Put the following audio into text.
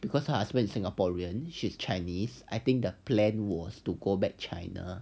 because her husband to singaporean she is chinese I think the plan was to go back china